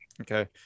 Okay